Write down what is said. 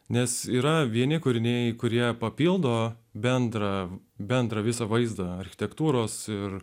nes yra vieni kūriniai kurie papildo bendrą bendrą visą vaizdą architektūros ir